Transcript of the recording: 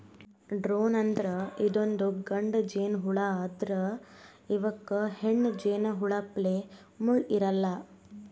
drone ಅಂದ್ರ ಇದೊಂದ್ ಗಂಡ ಜೇನಹುಳಾ ಆದ್ರ್ ಇವಕ್ಕ್ ಹೆಣ್ಣ್ ಜೇನಹುಳಪ್ಲೆ ಮುಳ್ಳ್ ಇರಲ್ಲಾ